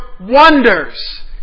wonders